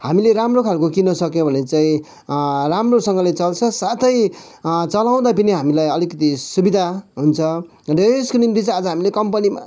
हामीले राम्रो खाल्को किन्न सक्यो भने चाहिँ राम्रोसँगले चल्छ साथै चलाउँदा पनि हामीलाई अलिकिति सुबिधा हुन्छ र यसको निम्ति चाहिँ आज हामीले कम्पनीमा